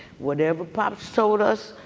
whatever pops told us,